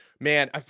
Man